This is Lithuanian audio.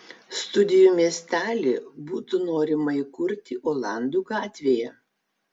studijų miestelį būtų norima įkurti olandų gatvėje